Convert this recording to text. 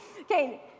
Okay